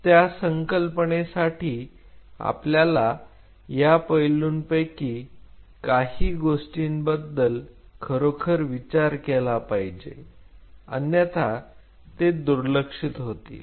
त्या संकल्पनेसाठी आपल्याला या पैलूंपैकी काही गोष्टींबद्दल खरोखर विचार केला पाहिजे अन्यथा ते दुर्लक्षित होतील